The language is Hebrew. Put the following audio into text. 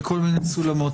מכל מיני סולמות.